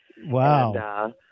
Wow